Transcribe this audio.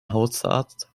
hausarzt